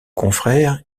confrères